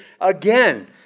again